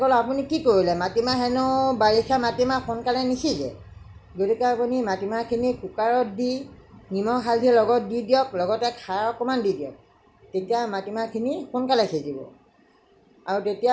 তেতিয়ায়া ক'লে আপিনি কি কৰিলে মাটিমাহ হেনু বাৰিষা মাটিমাহ সোনকালে নিসিজে গতিকে আপুনি মাটিমাহখিনি কুকাৰত দি নিমখ হালধি লগত দি দিয়ক লগতে খাৰ অকণমান দি দিয়ক তেতিয়া মাটিমাহখিনি সোনকালে সিজিব